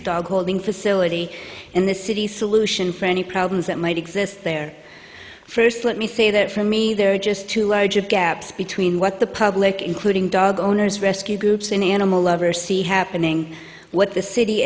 dog holding facility in the city solution for any problems that might exist there first let me say that for me there are just too large of gaps between what the public including dog owners rescue groups an animal lover see happening what the city